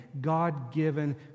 God-given